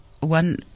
one